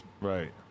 Right